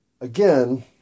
again